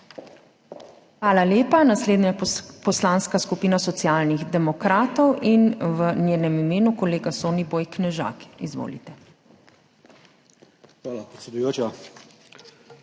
Hvala lepa. Naslednja je Poslanska skupina Socialnih demokratov in v njenem imenu kolega Soniboj Knežak. Izvolite. SONIBOJ